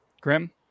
Grim